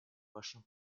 вашем